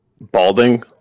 balding